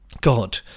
God